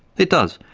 it does,